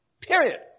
Period